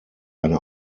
eine